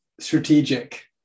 strategic